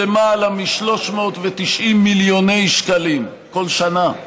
של למעלה מ-390 מיליון שקלים כל שנה.